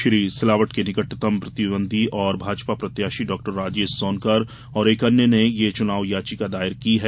श्री सिलावट के निकटतम प्रतिद्वंदी और भाजपा प्रत्याशी डॉ राजेश सोनकर और एक अन्य ने ये चुनाव याचिका दायर की है